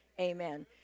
amen